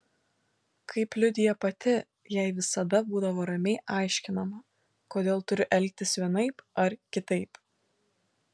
kaip liudija pati jai visada būdavo ramiai aiškinama kodėl turiu elgtis vienaip ar kitaip